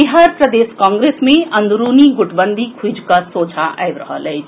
बिहार प्रदेश कांग्रेस मे अंदरूनी गुटबंदी खुजि कऽ सोझा आबि रहल अछि